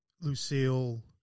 Lucille